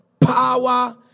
Power